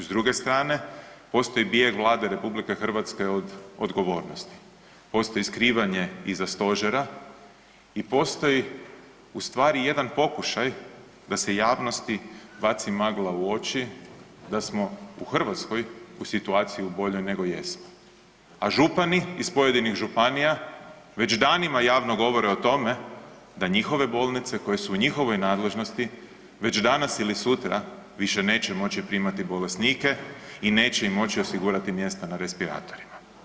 S druge strane postoji bijeg Vlade RH od odgovornosti, postoji skrivanje iza stožera i postoji u stvari jedan pokušaj da se javnosti baci magla u oči da smo u Hrvatskoj u situaciji u boljoj nego jesmo, a župani iz pojedinih županija već danima javno govore o tome da njihove bolnice koje su u njihovoj nadležnosti već danas ili sutra više neće moći primati bolesnike i neće im moći osigurati mjesta na respiratorima.